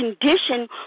condition